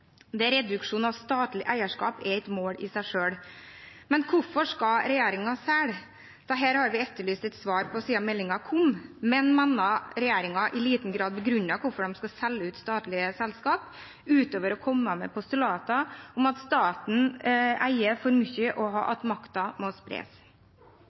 reduksjon av statlig eierskap er et mål i seg selv. Hvorfor skal regjeringen selge? Dette spørsmålet har vi etterlyst et svar på siden meldingen kom, men vi mener regjeringen i liten grad begrunner hvorfor den skal selge ut statlige selskaper, utover å komme med postulater om at staten eier for mye, og at makta må spres.